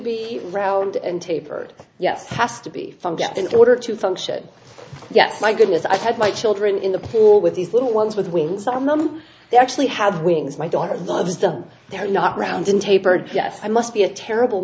be round and tapered yes has to be from get the order to function yes my goodness i had my children in the pool with these little ones with wings on them they actually have wings my daughter loves them they're not grounded tapered yes i must be a terrible